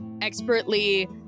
expertly